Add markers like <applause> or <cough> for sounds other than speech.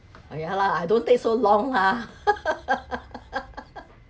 oh ya lah I don't take so long lah <laughs>